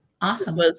Awesome